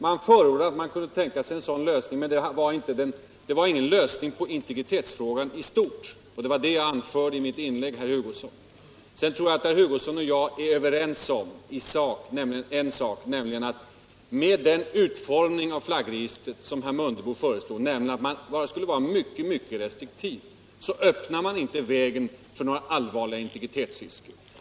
Man framhöll att man kunde tänka sig en sådan lösning, men det var ingen lösning på integritetsfrågan i stort. Det var det jag anförde i mitt inlägg, herr Hugosson. Sedan tror jag att herr Hugosson och jag är överens om en sak, nämligen att man med den utformning av flaggregistret som herr Mundebo föreslår — att man skall vara mycket restriktiv — inte öppnar vägen för några allvarliga integritetskränkningar.